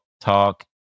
talk